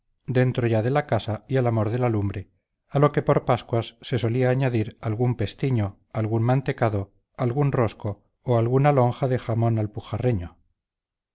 las tardes muy frías un trago de vino de pulso dentro ya de la casa y al amor de la lumbre a lo que por pascuas se solía añadir algún pestiño algún mantecado algún rosco o alguna lonja de jamón alpujarreño